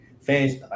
fans